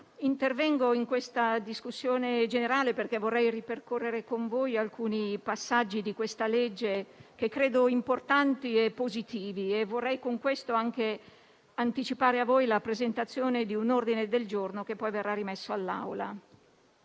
intervengo in questa discussione generale perché vorrei ripercorrere con voi alcuni passaggi di questo disegno di legge che credo importanti e positivi e vorrei, con questo, anche anticipare a voi la presentazione di un ordine del giorno che poi verrà rimesso all'Assemblea.